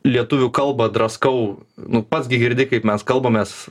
lietuvių kalbą draskau nu pats gi girdi kaip mes kalbamės